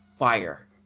Fire